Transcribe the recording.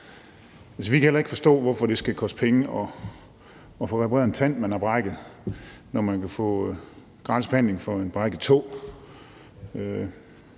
vi kan heller ikke forstå, hvorfor det skal koste penge at få repareret en tand, man har knækket, når man kan få gratis behandling for en brækket tå.